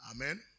Amen